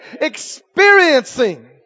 experiencing